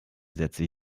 sätze